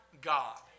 God